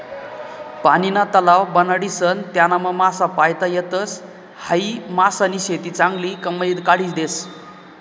पानीना तलाव बनाडीसन त्यानामा मासा पायता येतस, हायी मासानी शेती चांगली कमाई काढी देस